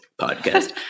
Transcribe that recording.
podcast